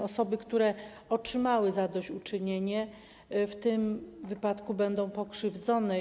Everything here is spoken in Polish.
Osoby, które otrzymały zadośćuczynienie, w tym wypadku będą pokrzywdzone.